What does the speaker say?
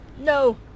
No